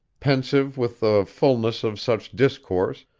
pensive with the fulness of such discourse,